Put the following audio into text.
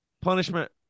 punishment